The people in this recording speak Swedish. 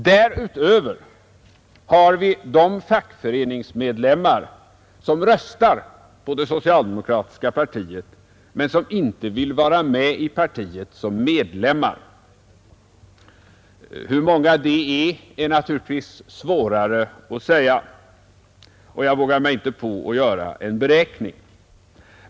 Därutöver har vi de fackföreningsmedlemmar som röstar på det socialdemokratiska partiet men som inte vill vara med i partiet som medlemmar. Det är naturligtvis svårare att säga hur många de är, och jag vågar mig inte på att göra en beräkning.